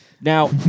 now